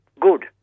good